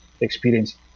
experience